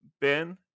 ben